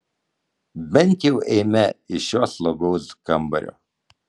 bent jau eime iš šio slogaus kambario